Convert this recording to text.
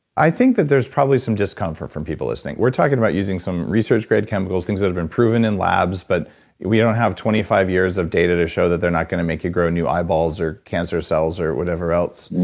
i think that there's probably some discomfort from people listening. we're talking about using some research-grade chemicals, things that have been proven in labs, but we don't have twenty five years of data to show that they're not going to make you grow new eyeballs or cancer cells or whatever else.